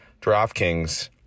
DraftKings